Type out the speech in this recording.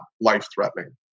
life-threatening